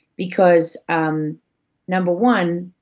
because um number one,